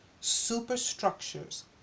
superstructures